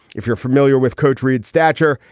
if you're familiar with coach reid's stature.